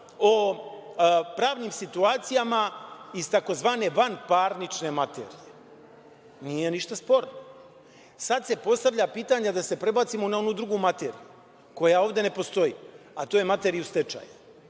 o pravnim situacijama iz tzv. vanparnične materije. Nije ništa sporno. Sad se postavlja pitanje, da se prebacimo na onu drugu materiju koja ovde ne postoji, a to je materija u stečaju,